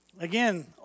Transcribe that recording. Again